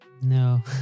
No